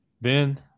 Ben